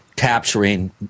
capturing